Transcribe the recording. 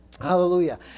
Hallelujah